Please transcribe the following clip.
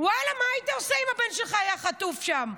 ואללה, מה היית עושה אם הבן שלך היה חטוף שם?